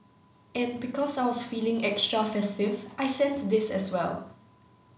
and because I was feeling extra festive I sent this as well